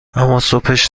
اماصبش